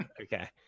Okay